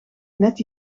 net